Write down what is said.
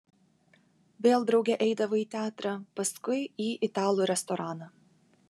vėl drauge eidavo į teatrą paskui į italų restoraną